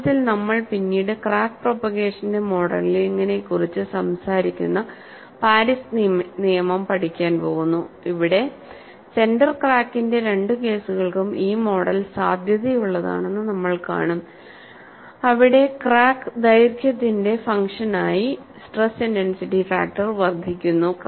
വാസ്തവത്തിൽ നമ്മൾ പിന്നീട് ക്രാക്ക് പ്രൊപോഗേഷന്റെ മോഡലിംഗിനെക്കുറിച്ച് സംസാരിക്കുന്ന പാരീസ് നിയമം പഠിക്കാൻ പോകുന്നു അവിടെ സെന്റർ ക്രാക്കിന്റെ രണ്ട് കേസുകൾക്കും ഈ മോഡൽ സാധുതയുള്ളതാണെന്ന് നമ്മൾ കാണും അവിടെ ക്രാക്ക് ദൈർഘ്യത്തിന്റെ ഫങ്ഷൻ ആയി സ്ട്രെസ് ഇന്റെൻസിറ്റി ഫാക്ടർ വർദ്ധിക്കുന്നു